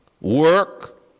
work